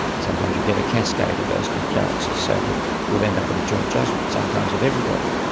and sometimes you'll get a cascade of those concurrences, so that you'll end up with a joint judgment sometimes of everybody.